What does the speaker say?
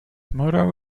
motto